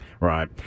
Right